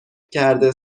کرده